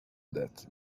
that